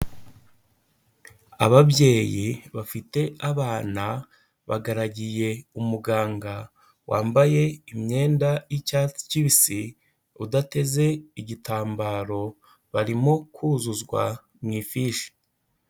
Ababyeyi bafite abana bagaragiye umuganga wambaye imyenda y'icyatsi kibisi, udateze igitambaro, barimo kuzuzwa mu ifishi.